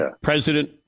president